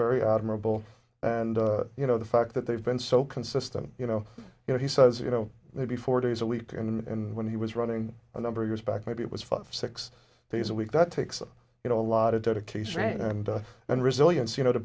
very admirable and you know the fact that they've been so consistent you know you know he says you know maybe four days a week and when he was running a number of years back maybe it was five six days a week that takes you know a lot of dedication and and resilience you